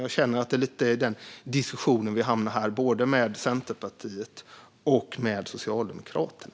Jag känner att det är lite i den diskussionen vi hamnar här, både med Centerpartiet och med Socialdemokraterna.